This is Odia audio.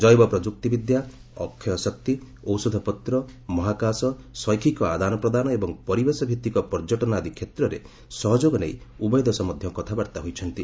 ଜୈବ ପ୍ରଯୁକ୍ତିବିଦ୍ୟା ଅକ୍ଷୟ ଶକ୍ତି ଔଷଧପତ୍ର ମହାକାଶ ଶୈକ୍ଷିକ ଆଦାନପ୍ରଦାନ ଏବଂ ପରିବେଶ ଭିଭିକ ପର୍ଯ୍ୟଟନ ଆଦି କ୍ଷେତ୍ରରେ ସହଯୋଗ ନେଇ ଉଭୟ ଦେଶ ମଧ୍ୟ କଥାବାର୍ତ୍ତା ହୋଇଛନ୍ତି